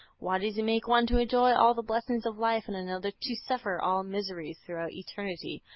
why does he make one to enjoy all the blessings of life and another to suffer all miseries throughout eternity?